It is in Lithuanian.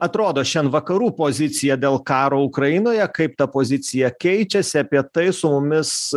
atrodo šian vakarų pozicija dėl karo ukrainoje kaip ta pozicija keičiasi apie tai su mumis